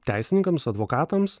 teisininkams advokatams